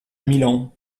milan